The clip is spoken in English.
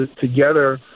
together